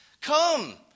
Come